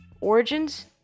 origins